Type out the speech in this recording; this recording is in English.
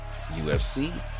ufc